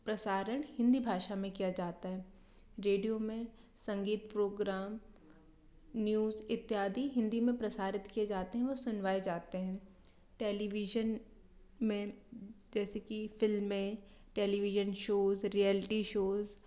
प्रसारण हिंदी भाषा में किया जाता है रेडीयो में संगीत प्रोग्राम नियूज इत्यादी हिंदी में प्रसारीत किए जाते हैं व सुनवाए जाते हैं टेलिवीजन में जैसे कि फिल्में टेलिवीजन शोज़ व रियेलटी शोज़